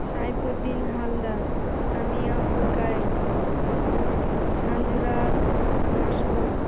Saifuddin Haldar Samia Purkayet Sanjura Naskar